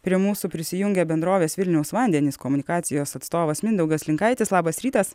prie mūsų prisijungia bendrovės vilniaus vandenys komunikacijos atstovas mindaugas linkaitis labas rytas